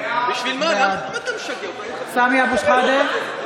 בעד סמי אבו שחאדה,